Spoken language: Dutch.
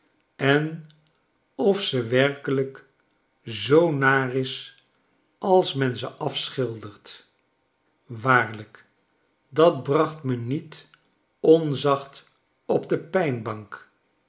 en of ze werkelijk zoo naar is als menze afschildert waarlijk dat bracht me niet onzacht op de pijnbank